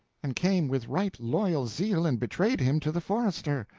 and came with right loyal zeal and betrayed him to the forester.